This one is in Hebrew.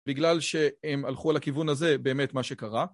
בגלל שהם הלכו על הכיוון הזה באמת מה שקרה.